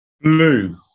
Blue